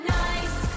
nice